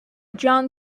john